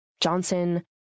Johnson